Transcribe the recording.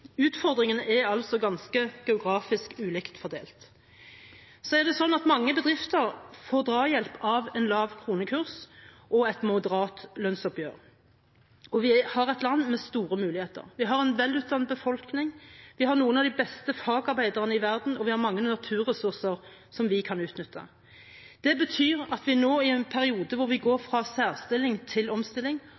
Utfordringene er geografisk ulikt fordelt. Mange bedrifter får drahjelp av lav kronekurs og et moderat lønnsoppgjør. Norge er et land med store muligheter. Vi har en velutdannet befolkning. Vi har noen av de beste fagarbeiderne i verden, og vi har mange naturressurser vi kan utnytte. Det betyr at vi i en periode hvor vi går fra særstilling til omstilling,